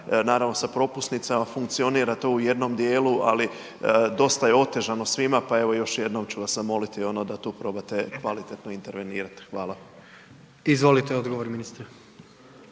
naravno sa propusnicama funkcionira to u jednom dijelu, ali dosta je otežano svima pa evo još jednom ću vas zamoliti da tu probate kvalitetno intervenirat. Hvala. **Jandroković, Gordan